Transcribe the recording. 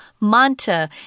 manta